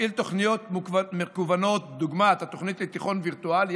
מפעיל תכניות מקוונות דוגמת התוכנית לחינוך וירטואלי,